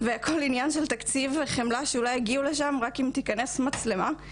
והכל עניין של תקציב וחמלה שאולי יגיעו לשם רק אם תיכנס מצלמה.